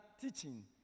teaching